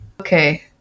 Okay